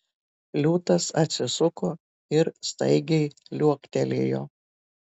liūtas atsisuko ir staigiai liuoktelėjo